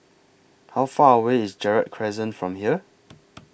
How Far away IS Gerald Crescent from here